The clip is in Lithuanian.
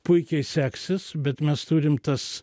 puikiai seksis bet mes turim tas